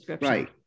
right